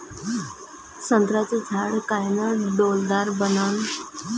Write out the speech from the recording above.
संत्र्याचं झाड कायनं डौलदार बनन?